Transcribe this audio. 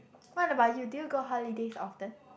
what about you do you go holidays often